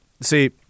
See